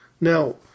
now